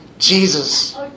Jesus